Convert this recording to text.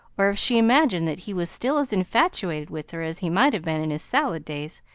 or if she imagined that he was still as infatuated with her as he might have been in his salad days,